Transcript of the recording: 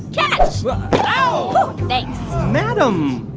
catch ow thanks madam,